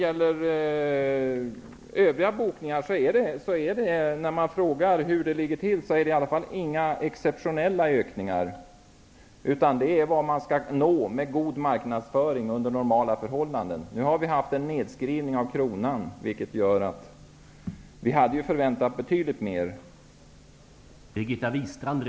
För övriga bokningar är det inte fråga om några exceptionella ökningar, utan de bokningar som är gjorda motsvarar vad som under normala förhållanden skall nås med god marknadsföring. Nu har vi haft en nedskrivning av kronan, och därför hade vi förväntat oss betydligt mer.